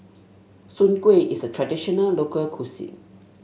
Soon Kuih is a traditional local cuisine